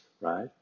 right